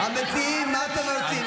המציעים, מה אתם רוצים?